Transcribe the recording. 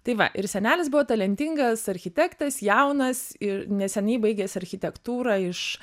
tai va ir senelis buvo talentingas architektas jaunas ir neseniai baigęs architektūrą iš